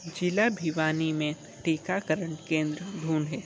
जिला भिवानी में टीकाकरण केंद्र ढूँढें